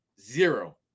Zero